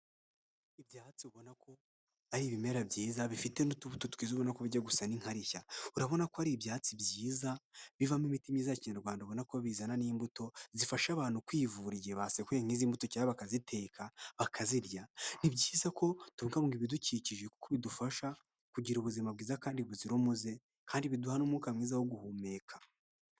Ibyatsi ubona ko ari ibimera byiza bifite n'utubuto twizwa ubona ko bijya gusa n’inkarishya, urabona ko ari ibyatsi byiza bivamo imitima myiza ya kinyarwanda, ubona ko bizana n'imbuto zifasha abantu kwivura igihe basekuye nk'izi mbuto cyangwa bakaziteka bakazirya. Ni byiza ko tubungabunga ibidukikije, kuko bidufasha kugira ubuzima bwiza kandi buzira umuze, kandi biduha n' umwuka mwiza wo guhumeka.